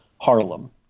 Harlem